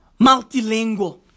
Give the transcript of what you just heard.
multilingual